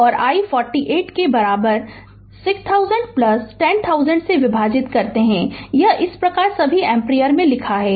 और i 48 के बराबर 6000 10000 से विभाजित करते है यह इस पर सभी एम्पीयर लिख रहा है